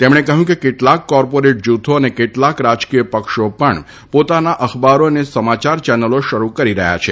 તેમણે કહ્યું કે કેટલાક કોર્પોરેટ જુથો અને કેટલાક રાજકીય પક્ષો પણ પોતાના અખબારો અને સમાચાર ચેનલો શરૂ કરી રહ્યા છે